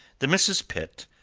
the misses pitt,